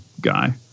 guy